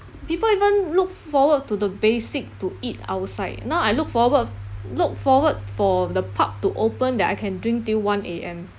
people even look forward to the basic to eat outside now I look forward look forward for the pub to open that I can drink till one A_M